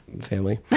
family